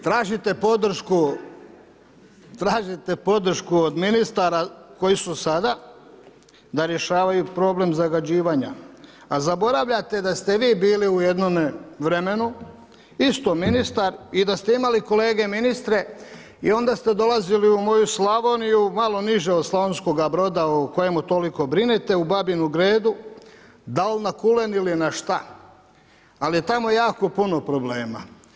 Tražite podršku od ministara koji su sada da rješavaju problem zagađivanja, a zaboravljate da ste vi bili u jednom vremenu isto ministar i da ste imali kolege ministre i onda ste dolazili u moju Slavoniju, malo niže od Slavonskoga Broda o kojemu toliko brinete, u Babinu Gredu, dal' na kulen ili na šta, ali je tamo jako puno problema.